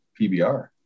pbr